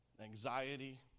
Anxiety